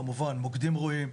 כמובן שמוקדים רואים,